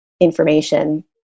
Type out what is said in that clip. information